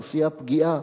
אוכלוסייה פגיעה.